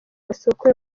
masoko